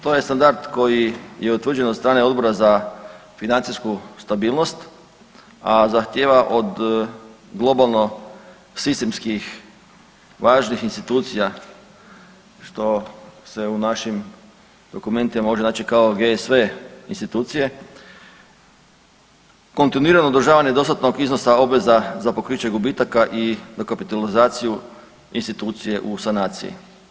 To je standard koji je utvrđen od strane Odbora za financijsku stabilnost, a zahtjeva od globalno sistemskih važnih institucija što se u našim dokumentima može naći kao GSV institucije kontinuirano održavane do dostatnog iznosa obveza za pokriće gubitaka i dokapitalizaciju institucije u sanaciji.